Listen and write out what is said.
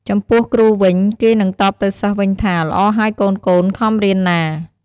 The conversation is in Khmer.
ចំំពោះគ្រូវិញ គេនឹងតបទៅសិស្សវិញថា ល្អហើយកូនៗ ខំរៀនណា។